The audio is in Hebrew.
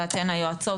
זה אתן היועצות,